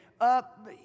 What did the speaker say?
up